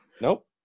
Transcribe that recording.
Nope